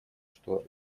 что